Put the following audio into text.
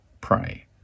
Pray